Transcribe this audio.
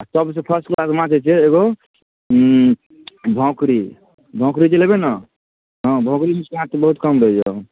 आ सबसऽ फस्टबला जे माँछ होइ छै एगो ऊँ भोंकरी भोकरी जे लेबै ने भोकरी मे स्वाद बहुत कम रहैया